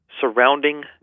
surrounding